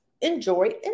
enjoy